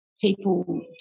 people